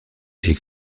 est